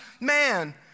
man